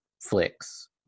flicks